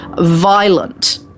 violent